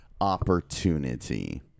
opportunity